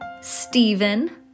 Stephen